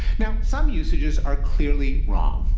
now, some usages are clearly wrong.